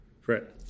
Fred